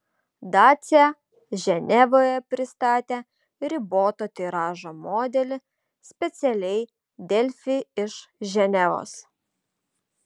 dacia ženevoje pristatė riboto tiražo modelį specialiai delfi iš ženevos